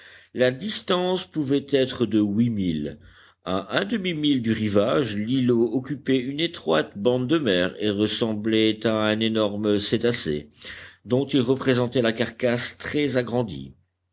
la distance pouvait être de huit milles à un demi-mille du rivage l'îlot occupait une étroite bande de mer et ressemblait à un énorme cétacé dont il représentait la carcasse très agrandie